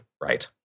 right